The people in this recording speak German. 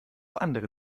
andere